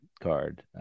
card